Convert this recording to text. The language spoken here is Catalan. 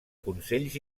consells